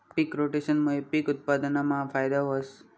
पिक रोटेशनमूये पिक उत्पादनमा फायदा व्हस